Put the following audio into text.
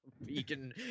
vegan